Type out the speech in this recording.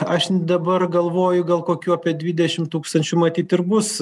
aš dabar galvoju gal kokių apie dvidešim tūkstančių matyt ir bus